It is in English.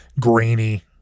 grainy